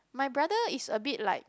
my brother is a bit like